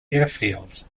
airfield